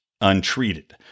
untreated